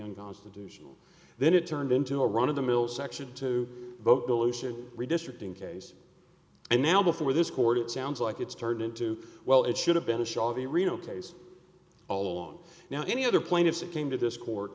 unconstitutional then it turned into a run of the mill section to vote dilution redistricting case and now before this court it sounds like it's turned into well it should have been a shawl the reno case all along now any other plaintiffs that came to this court